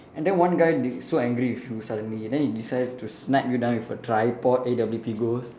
and then one guy di~ so angry with you suddenly then he decided to snipe you down with a tripod A_W_P ghost